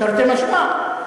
תרתי משמע,